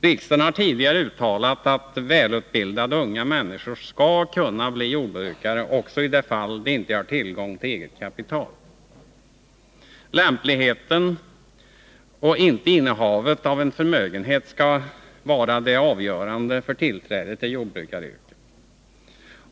Riksdagen har tidigare uttalat att välutbildade unga människor skall kunna bli jordbrukare också i de fall då de inte har tillgång till eget kapital. Lämpligheten och inte innehavet av förmögenhet skall vara det avgörande för tillträde till jordbrukaryrket.